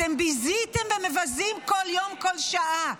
אתם ביזיתם ומבזים כל יום, כל שעה.